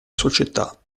società